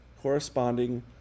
corresponding